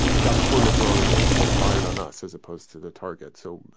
got the coordinates wrong and they they fired on us as opposed to the target. so